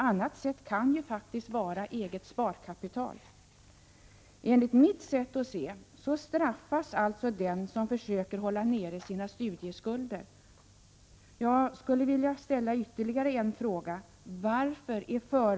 Annat sätt kan faktiskt vara att leva på eget sparkapital. Enligt mitt sätt att se straffas alltså den som försöker hålla nere sina studieskulder.